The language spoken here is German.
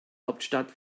hauptstadt